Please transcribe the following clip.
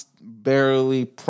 barely